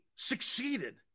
Succeeded